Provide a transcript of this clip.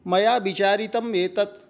मया विचारितम् एतद्